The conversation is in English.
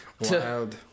Wild